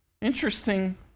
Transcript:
interesting